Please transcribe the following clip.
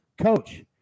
Coach